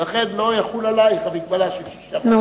ולכן לא תחול עלייך המגבלה של שישה חודשים.